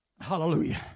Hallelujah